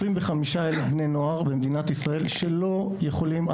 ששם הוצגו 25,000 בני נוער במדינת ישראל שלא יכולים,